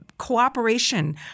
cooperation